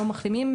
לא מחלימים,